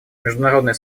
международное